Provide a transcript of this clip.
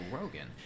Rogan